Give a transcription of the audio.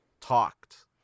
talked